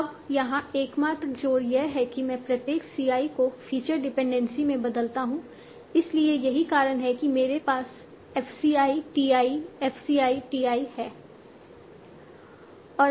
अब यहां एकमात्र जोड़ यह है कि मैं प्रत्येक c i को फीचर रिप्रेजेंटेशन में बदलता हूं इसलिए यही कारण है कि मेरे पास f c i t i f c i t i है